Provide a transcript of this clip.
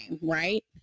right